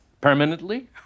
permanently